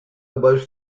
was